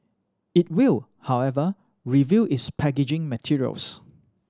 it will however review its packaging materials